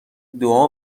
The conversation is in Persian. دعا